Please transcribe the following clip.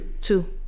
two